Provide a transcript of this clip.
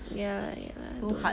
ya ya